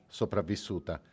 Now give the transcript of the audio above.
sopravvissuta